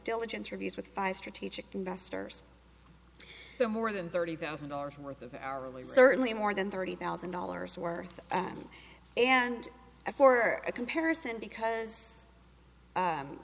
diligence reviews with five strategic investors so more than thirty thousand dollars worth of our lives certainly more than thirty thousand dollars worth and i for a comparison because